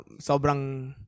Sobrang